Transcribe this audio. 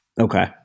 Okay